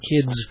kids